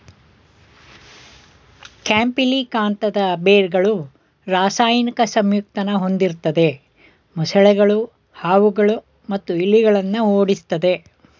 ಕ್ಯಾಂಪಿಲಿಕಾಂತದ್ ಬೇರ್ಗಳು ರಾಸಾಯನಿಕ ಸಂಯುಕ್ತನ ಹೊಂದಿರ್ತದೆ ಮೊಸಳೆಗಳು ಹಾವುಗಳು ಮತ್ತು ಇಲಿಗಳನ್ನ ಓಡಿಸ್ತದೆ